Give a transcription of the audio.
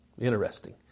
Interesting